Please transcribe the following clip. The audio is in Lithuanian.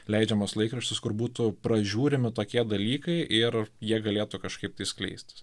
leidžiamas laikraštis kur būtų pražiūrimi tokie dalykai ir jie galėtų kažkaip tai skleistis